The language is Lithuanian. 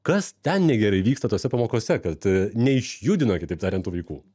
kas ten negerai vyksta tose pamokose kad neišjudina kitaip tariant vaikų